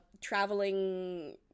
traveling